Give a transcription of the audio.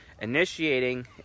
Initiating